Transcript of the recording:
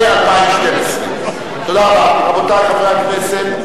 2011 2012. רבותי חברי הכנסת,